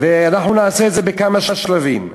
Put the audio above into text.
ואנחנו נעשה את זה בכמה שלבים,